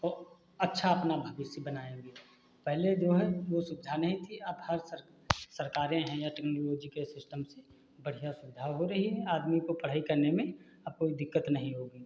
वो अच्छा अपना भविष्य बनाएंगे पहले जो है वो सुविधा नहीं थी अब हर सरकारें हैं या टेक्नोलॉजी के सिस्टम से बढ़िया सुविधा हो रही है आदमी को पढ़ाई करने में अब कोई दिक्कत नहीं होगी